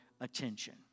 attention